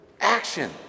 action